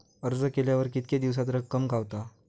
अर्ज केल्यार कीतके दिवसात रक्कम गावता?